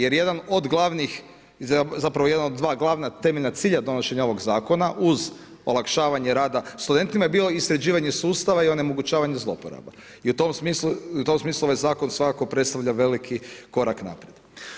Jer jedan od glavnih, zapravo jedan od 2 glavna temeljna cilja donošenja ovog zakona uz olakšavanje rada studentima je bilo sređivanje sustava i onemogućavanje zlouporaba i u tom smislu, ovaj zakon, svakako predstavlja veliki korak naprijed.